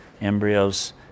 embryos